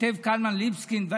כותב קלמן ליבסקינד,